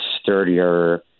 sturdier